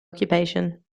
occupation